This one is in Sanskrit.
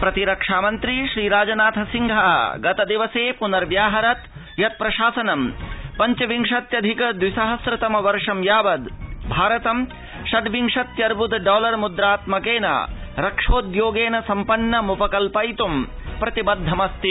प्रतिरक्षा मन्त्री श्रीराजनाथ सिंह गतदिवसे प्नव्याहरत् यत् प्रशासनं पञ्च विंशत्यधिक द्विसहस्र तम वर्ष यावद भारत षड्विशत्यर्वद डॉलर मुद्रात्मकेन रक्षोद्योगेन सम्पन्नम्पकल्पयित् सर्वथा प्रतिबद्धमस्ति